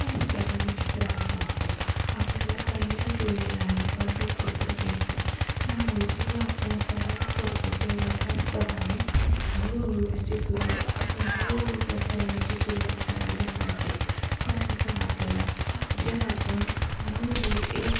त्याचप्रमाणे चित्रांचं असतं आपल्याला पहिल्याच वेळेला हे परफेक्ट चित्र येत नाही त्यामुळे जेव्हा आपण सराव करतो तेव्हा त्याचप्रमाणे हळूहळू त्याची सुरूवात आपण हळूहळू त्या सरावाची सुरूवात करायला पाहिजे त्यानुसार आपल्याला जेव्हा आपण हळूहळू एक